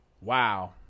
Wow